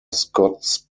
scots